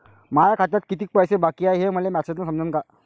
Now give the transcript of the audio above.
माया खात्यात कितीक पैसे बाकी हाय हे मले मॅसेजन समजनं का?